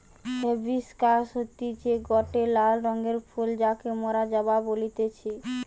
hibiscus হতিছে গটে লাল রঙের ফুল যাকে মোরা জবা বলতেছি